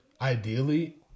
ideally